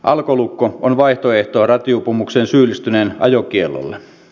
alkolukko on vaihtoehto rattijuopumukseen syyllistyneen ajokiellolle